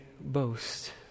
boast